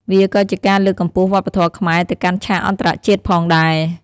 វាក៏ជាការលើកកម្ពស់វប្បធម៌ខ្មែរទៅកាន់ឆាកអន្តរជាតិផងដែរ។